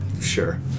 sure